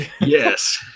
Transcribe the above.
Yes